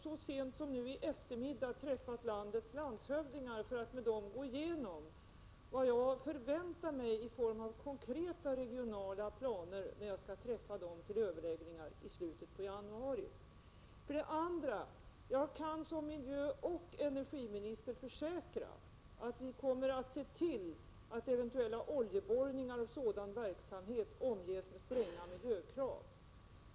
Så sent som i dag på eftermiddagen har jag träffat landets landshövdingar för att med dem gå igenom vad jag förväntar mig i form av konkreta regionala planer när jag skall träffa dem till överläggningar i slutet av januari. För det andra kan jag som miljöoch energiminister försäkra att vi kommer att se till att eventuella oljeborrningar och sådan verksamhet omges med stränga miljökrav.